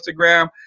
Instagram